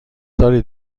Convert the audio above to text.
دارید